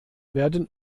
werden